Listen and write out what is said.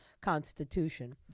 constitution